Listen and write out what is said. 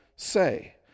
say